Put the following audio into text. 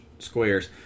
squares